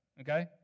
Okay